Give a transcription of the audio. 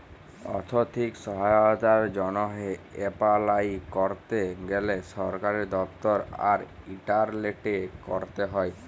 আথ্থিক সহায়তার জ্যনহে এপলাই ক্যরতে গ্যালে সরকারি দপ্তর আর ইলটারলেটে ক্যরতে হ্যয়